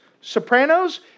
Sopranos